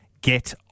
get